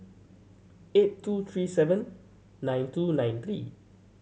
eight two three seven nine two nine three